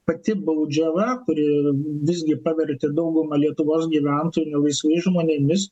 pati baudžiava kuri visgi pavertė daugumą lietuvos gyventojų laisvais žmonėmis